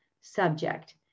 subject